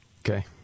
Okay